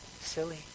silly